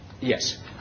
Yes